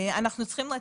מדיניות,